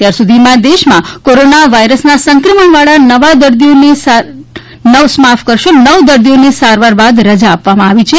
અત્યાર સુધીમાં દેશમાં કોરોના વાયરસના સંક્રમણવાળા નવ દર્દીઓને સારવાર બાદ રજા આપવામાં આવી છે